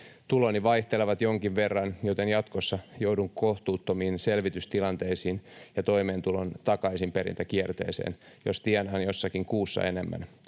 Tuloni vaihtelevat jonkin verran, joten jatkossa joudun kohtuuttomiin selvitystilanteisiin ja toimeentulon takaisinperintäkierteeseen, jos tienaan jossakin kuussa enemmän.